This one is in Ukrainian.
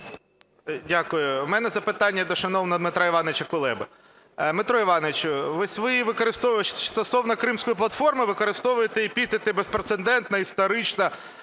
Дякую. У мене запитання до шановного Дмитра Івановича Кулеби. Дмитре Івановичу, ось ви стосовно Кримської платформи використовуєте епітети "безпрецедентна", "історична",